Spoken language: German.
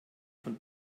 von